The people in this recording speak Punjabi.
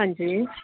ਹਾਂਜੀ